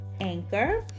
Anchor